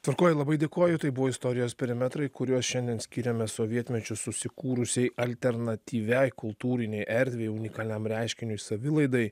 tvarkoj labai dėkoju tai buvo istorijos perimetrai kuriuos šiandien skirėme sovietmečiu susikūrusiai alternatyviai kultūrinei erdvei unikaliam reiškiniui savilaidai